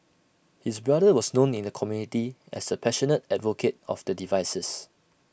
his brother was known in the community as A passionate advocate of the devices